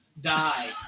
die